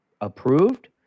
approved